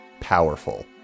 powerful